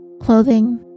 clothing